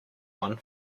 one